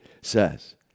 says